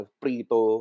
prito